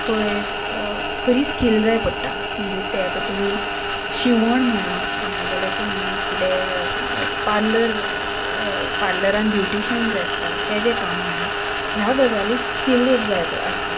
खंय खरी स्कील जाय पडटा म्हणजे तें आतां तुमी शिवण म्हणात न जाल्या तुमी कितेें पार्लर पार्लरान ब्युटिशन जें आसता तेजें काम म्हणा ह्या गजालीक स्कील एक जाय आसता